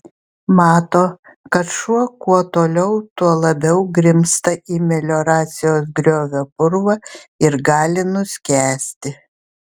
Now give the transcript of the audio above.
mato kad šuo kuo toliau tuo labiau grimzta į melioracijos griovio purvą ir gali nuskęsti